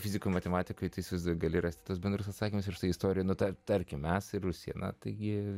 fizikų matematikai visada gali rasti tuos bendrus atsakymus ir štai istoriją nutarti tarkim mes ir užsienio taigi